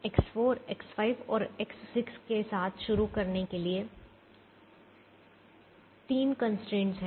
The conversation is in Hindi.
X4 X5 और X6 के साथ शुरू करने के लिए 3 कंस्ट्रेंट्स हैं